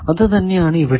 അത് തന്നെ ആണ് ഇവിടെയും